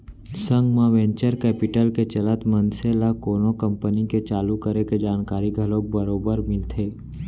संग म venture capital के चलत मनसे ल कोनो कंपनी के चालू करे के जानकारी घलोक बरोबर मिलथे